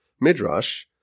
midrash